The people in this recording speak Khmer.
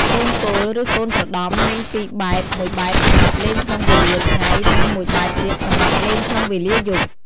កូនគោល ឬចូកូនប្រដំ មាន ២បែប ១ បែបសម្រាប់លេងក្នុងវេលាថ្ងៃ និង១ បែបទៀតសម្រាប់លេងក្នុងវេលាយប់ ។